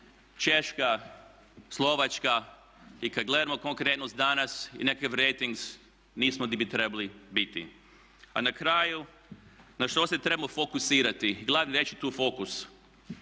Češka, Slovačka. I kada gledamo konkurentnost danas i nekakve …/Govornik se ne razumije./… nismo gdje bi trebali biti. A na kraju, na što se trebamo fokusirati? Glavna riječ je tu fokus.